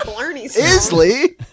Isley